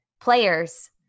players